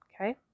okay